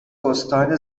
استان